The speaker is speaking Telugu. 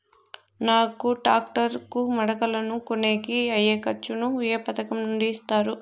నాకు టాక్టర్ కు మడకలను కొనేకి అయ్యే ఖర్చు ను ఏ పథకం నుండి ఇస్తారు?